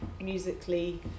musically